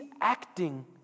acting